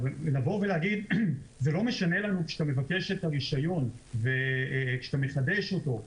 לבוא ולהגיד שזה לא משנה לנו כשאתה מבקש את הרישיון וכשאתה מחדש אותו,